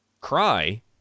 Cry